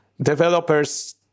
Developers